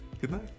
goodnight